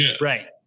Right